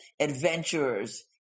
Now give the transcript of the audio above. adventurers